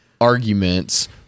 arguments